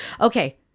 okay